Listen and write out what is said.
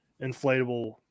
inflatable